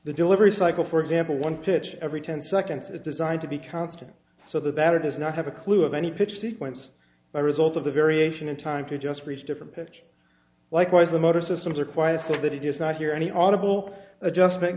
the delivery cycle for example one pitch every ten seconds is designed to be constant so that it does not have a clue of any pitch sequence or result of the variation in time to just reach different pitch likewise the motor systems are quiet so that it is not hear any audible adjustment